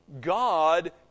God